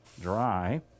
dry